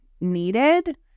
needed